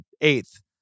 eighth